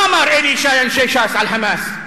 מה אמר אלי ישי, אנשי ש"ס, על "חמאס"?